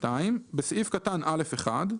בסעיף קטן (א1)